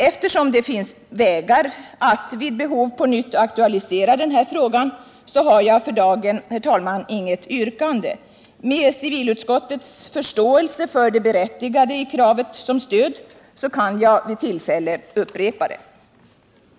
Eftersom det finns möjligheter att vid behov på nytt aktualisera frågan, så har jag för dagen inget yrkande. Med stöd från civilutskottet, med dess förståelse för det berättigade i kravet kan jag vid tillfälle upprepa detta.